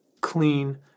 clean